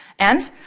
and,